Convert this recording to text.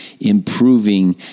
improving